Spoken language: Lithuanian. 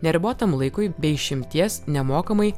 neribotam laikui be išimties nemokamai